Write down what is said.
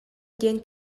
диэн